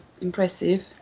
impressive